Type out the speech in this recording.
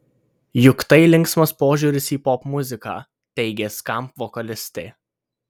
juk tai linksmas požiūris į popmuziką teigė skamp vokalistė